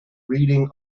reading